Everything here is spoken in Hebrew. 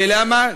ולמה?